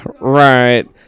Right